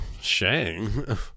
Shang